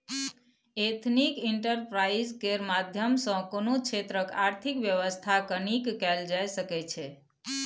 ethnic enterprise केर माध्यम सँ कोनो क्षेत्रक आर्थिक बेबस्था केँ नीक कएल जा सकै छै